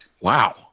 wow